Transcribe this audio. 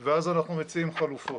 אז אנחנו מציעים חלופות.